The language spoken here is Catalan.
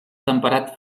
temperat